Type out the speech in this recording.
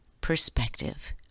perspective